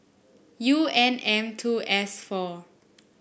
U N M two S four